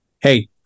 hey